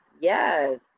yes